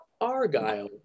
Argyle